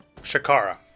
Shakara